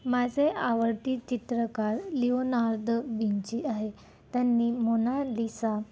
माझे आवडती चित्रकार लिओनार्द विंची आहे त्यांनी मोना लिसा